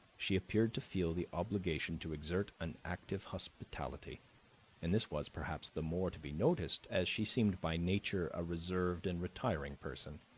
she appeared to feel the obligation to exert an active hospitality and this was, perhaps, the more to be noticed as she seemed by nature a reserved and retiring person,